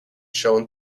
shown